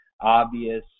obvious